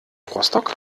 rostock